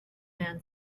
man